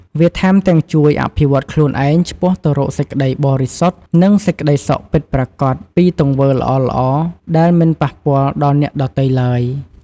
វាថែមទាំងជួយអភិវឌ្ឍខ្លួនឯងឆ្ពោះទៅរកសេចក្តីបរិសុទ្ធ និងសេចក្តីសុខពិតប្រាកដ ពីទង្វើល្អៗ ដែលមិនប៉ះពាល់ដល់អ្នកដទៃទ្បើយ។